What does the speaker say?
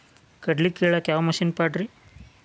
ಕಡ್ಲಿ ಕೇಳಾಕ ಯಾವ ಮಿಷನ್ ಪಾಡ್ರಿ?